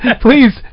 please